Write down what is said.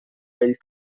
vell